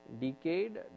decayed